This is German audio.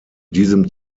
diesem